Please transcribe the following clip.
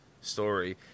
story